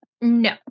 no